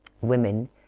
women